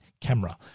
camera